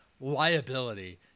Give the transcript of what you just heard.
Liability